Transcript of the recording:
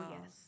yes